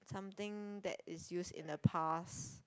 something that is used in the past